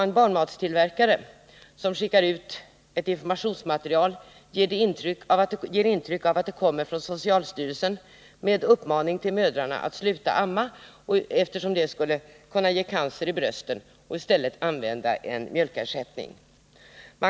En barnmatstillverkare skickar ut informationsmaterial, som ger intryck av att komma från socialstyrelsen, med uppmaning till mödrarna att sluta amma, eftersom amningen skulle kunna ge cancer i brösten, och i stället använda en mjölkersättning.